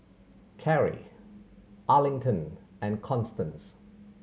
Karrie Arlington and Constance